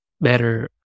better